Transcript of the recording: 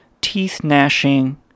teeth-gnashing